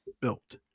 built